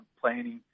planning